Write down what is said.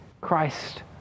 Christ